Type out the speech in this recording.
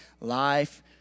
life